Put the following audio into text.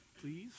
Please